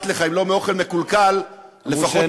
רוצה להגיד, אני אתן לך עוד שתי דקות, אדוני.